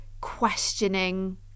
questioning